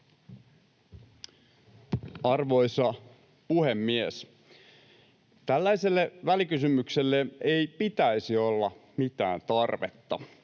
Arvoisa puhemies! Tällaiselle välikysymykselle ei pitäisi olla mitään tarvetta.